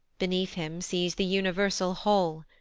beneath him sees the universal whole,